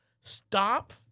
stop